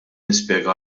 nispjega